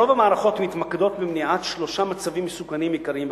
רוב המערכות מתמקדות במניעת שלושה מצבים מסוכנים בכביש: